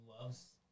loves